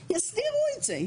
שיסדירו את זה,